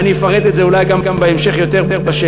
ואני אפרט את זה אולי יותר גם בהמשך, בשאלות.